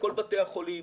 לכל בתי החולים,